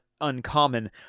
uncommon